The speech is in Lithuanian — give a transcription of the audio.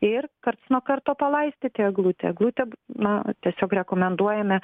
ir karts nuo karto palaistyti eglutę eglutė na tiesiog rekomenduojame